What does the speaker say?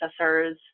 processors